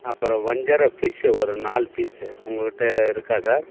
அப்புறம் வஞ்சரம் ஃபிஷ்ஷு ஒரு நாலு பீஸ்ஸு உங்ககிட்ட இருக்கா சார்